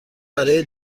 برای